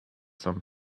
some